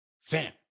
Fam